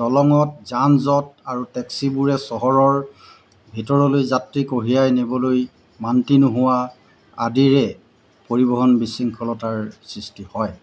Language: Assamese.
দলঙত যান জঁট আৰু টেক্সিবোৰে চহৰৰ ভিতৰলৈ যাত্ৰী কঢ়িয়াই নিবলৈ মান্তি নোহোৱা আদিৰে পৰিৱহণ বিশৃংখলতাৰ সৃষ্টি হয়